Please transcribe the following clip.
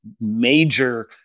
major